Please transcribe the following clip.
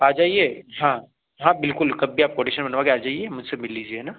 आ जाइए हाँ हाँ बिल्कुल कभी आप कोटेशन बनवा के आ जाइए मुझसे मिल लीजिए है ना